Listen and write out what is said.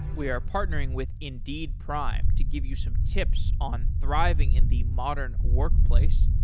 we are partnering with indeed prime to give you some tips on thriving in the modern workplace.